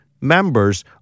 members